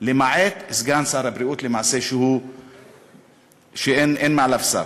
למעט סגן שר הבריאות", שלמעשה אין מעליו שר.